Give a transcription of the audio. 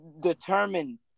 determine